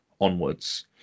onwards